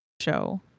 show